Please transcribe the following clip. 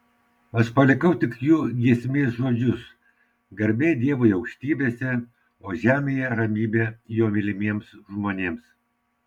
aš palikau tik jų giesmės žodžius garbė dievui aukštybėse o žemėje ramybė jo mylimiems žmonėms